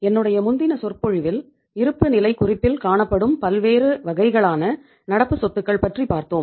என்னுடைய முந்தின சொற்பொழிவில் இருப்புநிலை குறிப்பில் காணப்படும் பல்வேறு வகைகளான நடப்பு சொத்துக்கள் பற்றி பார்த்தோம்